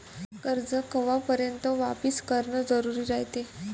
कर्ज कवापर्यंत वापिस करन जरुरी रायते?